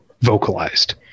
Vocalized